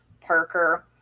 Parker